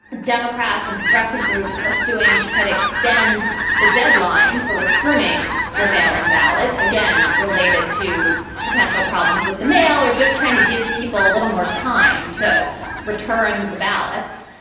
democrats and progressive groups are suing to try to extend the deadline for returning your mail in ballot again, related to potential problems with the mail or just trying to give people a little more time to return the ballots.